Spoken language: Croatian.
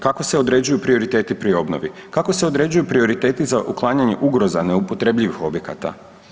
Kako se određuju prioriteti pri obnovi, kako se određuju prioriteti za otklanjanje ugroza neupotrebljivih objekata?